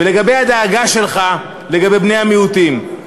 לגבי הדאגה שלך לגבי בני המיעוטים,